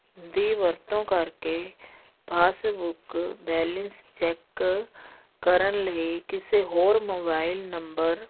ਦੀ ਵਰਤੋਂ ਕਰਕੇ passbook balance check ਕਰਨ ਲਈ ਕਿਸੇ ਹੋਰ ਮੋਬਾਈਲ ਨੰਬਰ